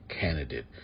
candidate